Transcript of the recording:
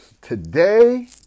today